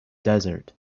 desert